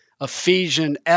Ephesian